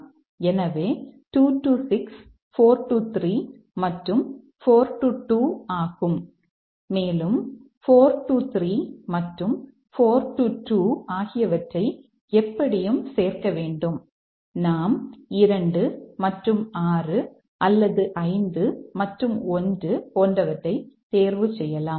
எனவே 2 6 4 3 மற்றும் 4 2 ஆகும் மேலும் 4 3 மற்றும் 4 2 ஆகியவற்றை எப்படியும் சேர்க்க வேண்டும் நாம் 2 மற்றும் 6 அல்லது 5 மற்றும் 1 போன்றவற்றை தேர்வு செய்யலாம்